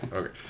Okay